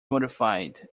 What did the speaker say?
mortified